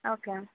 okay ma'am